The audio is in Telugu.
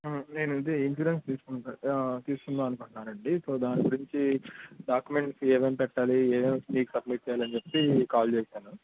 నేను ఇదే ఇన్సూరెన్స్ తీసుకుం తీసుకుందాం అనుకుంటున్నానండి సో దాని గురించి డాక్యుమెంట్స్ ఏవేంపెట్టాలి ఏవేమి మీకు సబ్మిట్ చెయ్యాలి అని చెప్పి కాల్ చేశాను